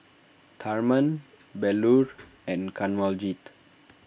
Tharman Bellur and Kanwaljit